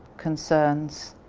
concerns,